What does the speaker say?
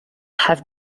have